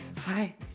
Hi